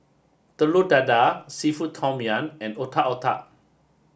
Telur Dadah Seafood Tom Yum and Otak Otak